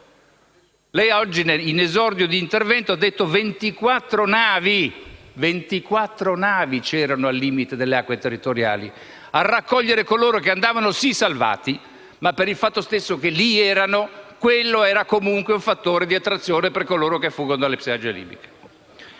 lei oggi, in esordio di intervento, ha parlato di ventiquattro navi al limite delle acque territoriali a raccogliere coloro che andavano sì salvati, ma per il fatto stesso che erano lì, quello era comunque un fattore di attrazione per coloro che fuggono dalle spiagge libiche.